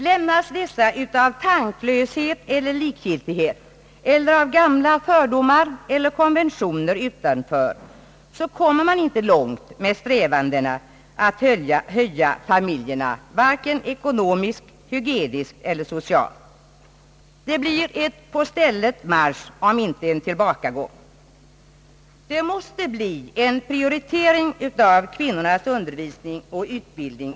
Lämnas dessa av tanklöshet, likgiltighet, fördomar eller konventioner utanför, kommer man inte långt med strävandena att höja familjerna, vare sig ekonomiskt, hygieniskt eller socialt. Det blir ett »på stället marsch», om inte en tillbakagång. Det måste bli en prioritering av kvinnornas undervisning och utbildning.